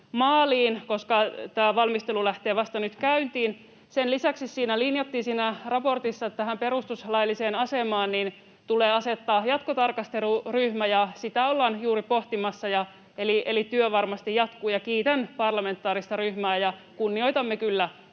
koska tämä valmistelu lähtee vasta nyt käyntiin. Sen lisäksi siinä raportissa linjattiin, että tähän perustuslailliseen asemaan tulee asettaa jatkotarkasteluryhmä, ja sitä ollaan juuri pohtimassa, eli työ varmasti jatkuu. Kiitän parlamentaarista ryhmää, ja kunnioitamme kyllä